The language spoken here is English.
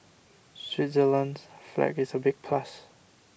Switzerland's flag is a big plus